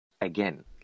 again